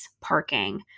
parking